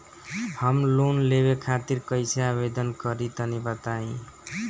हम लोन लेवे खातिर कइसे आवेदन करी तनि बताईं?